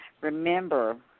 remember